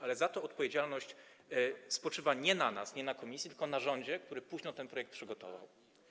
Ale za to odpowiedzialność spoczywa nie na nas, nie na komisji, tylko na rządzie, który późno ten projekt przygotował.